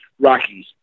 Rockies